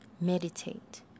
meditate